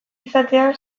izaten